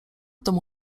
domu